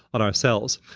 on our cells,